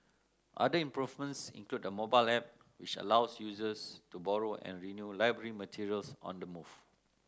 other improvements include a mobile app which allows users to borrow and renew library materials on the move